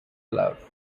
glove